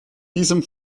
diesem